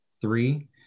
three